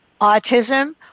autism